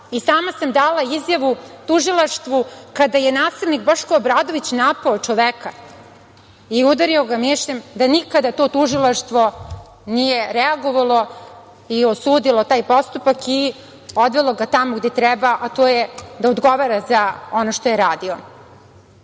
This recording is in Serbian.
i sama sam dala izjavu tužilaštvu kada je nasilnik Boško Obradović napao čoveka i udario ga mišem, da nikada to tužilaštvo nije reagovalo i osudilo taj postupak i odvelo ga tamo gde treba, a to je da odgovara za ono što je